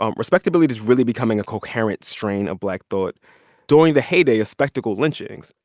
um respectability's really becoming a coherent strain of black thought during the heyday of spectacle lynchings.